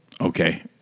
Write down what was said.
Okay